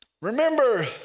Remember